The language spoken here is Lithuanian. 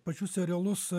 pačius serialus